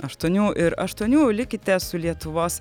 aštuonių ir aštuonių likite su lietuvos